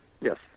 Yes